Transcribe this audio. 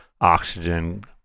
oxygen